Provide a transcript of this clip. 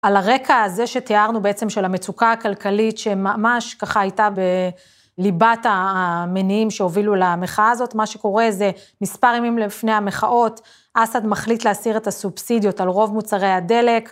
על הרקע הזה שתיארנו בעצם של המצוקה הכלכלית שממש ככה הייתה בליבת המניעים שהובילו למחאה הזאת, מה שקורה זה מספר ימים לפני המחאות, אסד מחליט להסיר את הסובסידיות על רוב מוצרי הדלק,